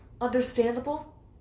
Understandable